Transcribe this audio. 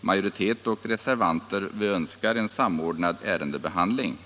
majoriteten som reservanterna egentligen önskar en samordnad ärendebehandling.